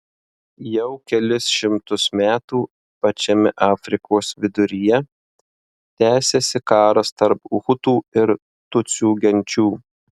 jau kelis šimtus metų pačiame afrikos viduryje tęsiasi karas tarp hutų ir tutsių genčių